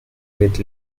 with